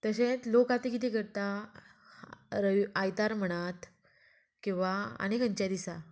तशेंत लोक आतां कितें करता रवी आयतार म्हणात किंवां आनी खंयचेंय दिसा